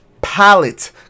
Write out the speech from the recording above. palette